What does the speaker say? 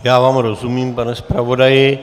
Já vám rozumím, pane zpravodaji.